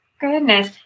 Goodness